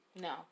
No